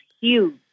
huge